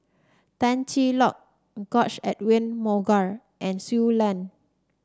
Tan Cheng Lock George Edwin Mogaar and Shui Lan